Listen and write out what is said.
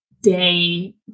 day